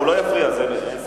הוא לא יפריע, אין ספק.